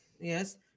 Yes